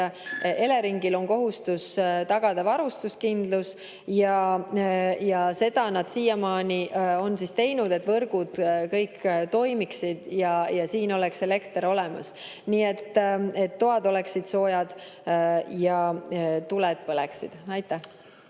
Eleringil on kohustus tagada varustuskindlus – ja seda nad siiamaani on teinud –, et võrgud kõik toimiksid ja siin oleks elekter olemas, nii et toad oleksid soojad ja tuled põleksid. Ma